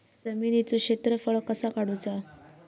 जमिनीचो क्षेत्रफळ कसा काढुचा?